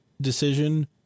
decision